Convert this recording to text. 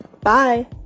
Bye